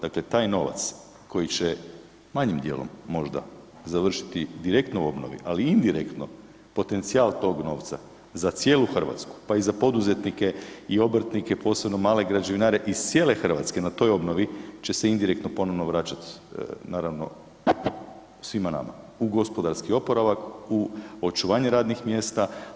Dakle, taj novac koji će manjim dijelom možda završiti direktno u obnovi, ali i indirektno, potencijal tog novca za cijelu Hrvatsku pa i za poduzetnike i obrtnike posebno male građevinare iz cijele Hrvatske na toj obnovi će se indirektno ponovno vraćati naravno svima nama u gospodarski oporavak, u očuvanje radnih mjesta.